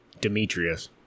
Demetrius